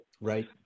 right